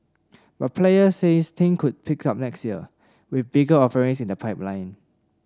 but players say things could pick up next year with bigger offerings in the pipeline